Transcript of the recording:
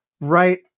right